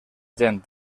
gent